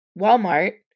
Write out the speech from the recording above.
Walmart